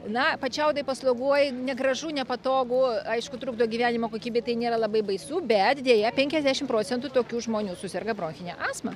na pačiaudai pasloguoji negražu nepatogu aišku trukdo gyvenimo kokybei tai nėra labai baisu bet deja penkiasdešim procentų tokių žmonių suserga bronchine asma